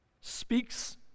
Speaks